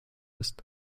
ist